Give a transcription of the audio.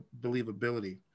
believability